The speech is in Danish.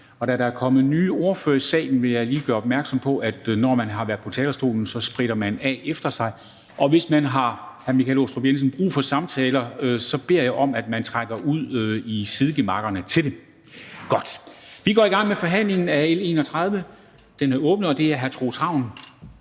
Da der er kommet nye ordførere i salen, vil jeg lige gøre opmærksom på, at man spritter af efter sig, når man har været på talerstolen. Og hvis man, hr. Michael Aastrup Jensen, har brug for at samtale, så beder jeg om, at man trækker ud i sidegemakkerne. Godt. Vi går i gang med forhandlingen af L 131, og det er hr. Troels Ravn,